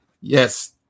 Yes